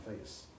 face